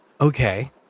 Okay